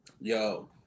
yo